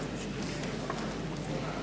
לדקה.